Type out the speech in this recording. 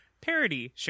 parody